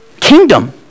kingdom